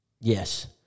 Yes